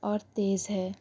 اور تیز ہے